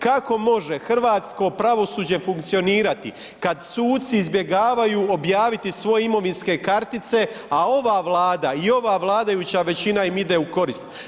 Kako može hrvatsko pravosuđe funkcionirati kad suci izbjegavaju objaviti svoje imovinske kartice, a ova Vlada i ova vladajuća većina im ide u korist.